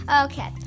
okay